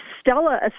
Stella